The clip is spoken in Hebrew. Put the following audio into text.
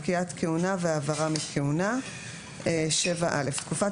פקיעת כהונה והעברה מכהונה 7. (א)תקופת